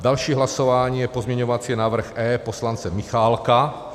Další hlasování je pozměňovací návrh E poslance Michálka.